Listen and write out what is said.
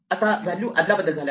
आता व्हॅल्यू आदलाबदल झाल्या आहेत